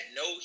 no